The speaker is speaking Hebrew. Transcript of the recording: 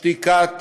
שתיקת